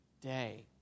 day